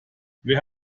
wer